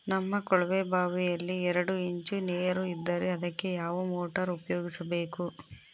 ನಮ್ಮ ಕೊಳವೆಬಾವಿಯಲ್ಲಿ ಎರಡು ಇಂಚು ನೇರು ಇದ್ದರೆ ಅದಕ್ಕೆ ಯಾವ ಮೋಟಾರ್ ಉಪಯೋಗಿಸಬೇಕು?